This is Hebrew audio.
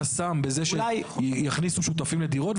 חסם בזה שיכניסו שותפים לדירות,